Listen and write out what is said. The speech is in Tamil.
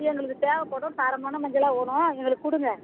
எங்களுக்கு தேவைப்படும் தரமான மஞ்சளா வேணும் எங்களுக்கு கொடுங்க